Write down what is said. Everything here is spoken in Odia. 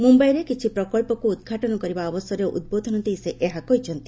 ମୁମ୍ବାଇରେ କିଛି ପ୍ରକଳ୍ପକୁ ଉଦ୍ଘାଟନ କରିବା ଅବସରରେ ଉଦ୍ବୋଧନ ଦେଇ ସେ ଏହା କହିଛନ୍ତି